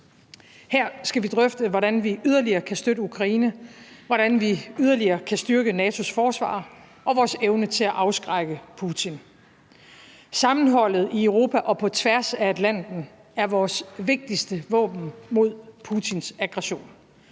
Her skal vi drøfte, hvordan vi yderligere kan støtte Ukraine, hvordan vi yderligere kan styrke NATO's forsvar og vores evne til at afskrække Putin. Sammenholdet i Europa og på tværs af Atlanten er vores vigtigste våben mod Putins aggressioner,